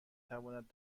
تواند